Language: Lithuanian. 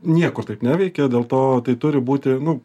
niekur taip neveikia dėl to tai turi būti nu